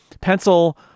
pencil